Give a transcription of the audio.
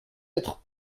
être